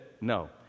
no